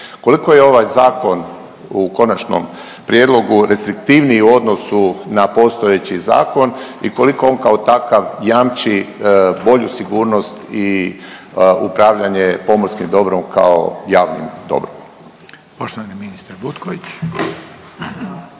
Koliko je ovaj zakon u konačnom prijedlogu restriktivniji u odnosu na postojeći zakon i koliko on kao takav jamči bolju sigurnost i upravljanje pomorskim dobrom kao javnim dobrom? **Reiner, Željko